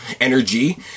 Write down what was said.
energy